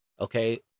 Okay